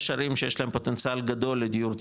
יש ערים שיש להם פוטנציאל גדול לדיור ציבורי,